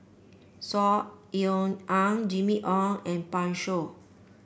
Saw Ean Ang Jimmy Ong and Pan Shou